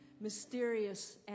mysterious